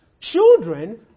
Children